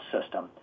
system